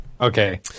okay